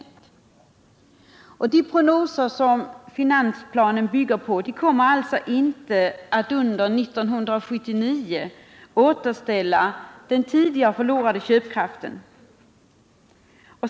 Även om de prognoser som finansplanen bygger på skulle slå in, kommer alltså den tidigare förlorade köpkraften inte att återställas under 1979.